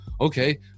okay